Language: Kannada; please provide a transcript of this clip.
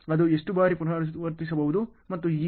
ಅದು ಎಷ್ಟು ಬಾರಿ ಪುನರಾವರ್ತಿಸಬಹುದು ಮತ್ತು ಹೀಗೆ